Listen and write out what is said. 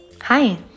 Hi